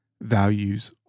values